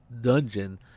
dungeon